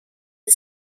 and